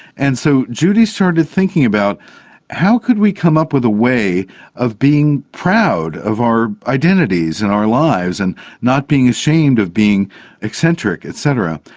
and so judy started thinking about how could we come up with a way of being proud of our identities and our lives and not being ashamed of being eccentric et cetera.